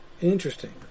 Interesting